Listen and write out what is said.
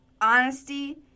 honesty